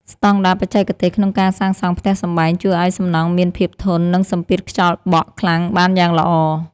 ស្តង់ដារបច្ចេកទេសក្នុងការសាងសង់ផ្ទះសម្បែងជួយឱ្យសំណង់មានភាពធន់នឹងសម្ពាធខ្យល់បក់ខ្លាំងបានយ៉ាងល្អ។